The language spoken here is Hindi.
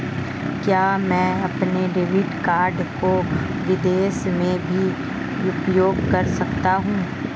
क्या मैं अपने डेबिट कार्ड को विदेश में भी उपयोग कर सकता हूं?